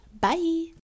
Bye